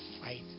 fight